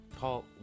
Paul